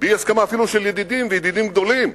אפילו באי-הסכמה של ידידים וידידים גדולים,